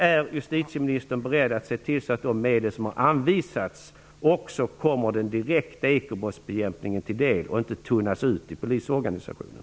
Är justitieministern beredd att se till att de medel som har anvisats också kommer den direkta ekobrottsbekämpningen till del och inte tunnas ut i polisorganisationen?